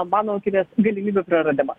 mano akimis galimybių praradimas